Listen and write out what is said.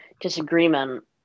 disagreement